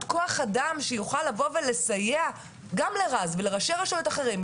כוח אדם שיוכל לסייע לרז ולראשי רשויות אחרים,